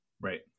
Right